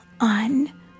on